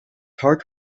heart